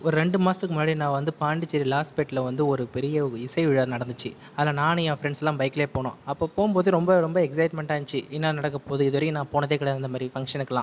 ஒரு ரெண்டு மாசத்துக்கு முன்னாடி நான் வந்து பாண்டிச்சேரி லாஸ்பெட்டில் வந்து ஒரு பெரிய இசைவிழா நடந்துச்சு அதில் நானு என் ஃப்ரெண்ஸ் எல்லாம் பைக்கில் போனோம் அப்போ போகுபோது ரொம்ப ரொம்ப எக்ஸைட்மென்ட்டா இருந்துச்சு என்ன நடக்க போது இதுவரைக்கும் நான் போனதே கிடயாது அந்த மாதிரி ஃபங்ஷனுக்கெல்லாம்